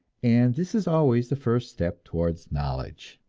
and this is always the first step towards knowledge.